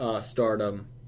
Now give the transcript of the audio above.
stardom